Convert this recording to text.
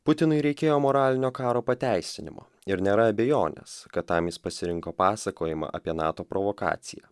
putinui reikėjo moralinio karo pateisinimo ir nėra abejonės kad tam jis pasirinko pasakojimą apie nato provokaciją